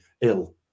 ill